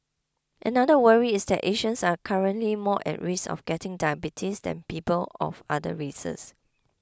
another worry is that Asians are currently more at risk of getting diabetes than people of other races